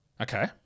Okay